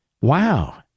wow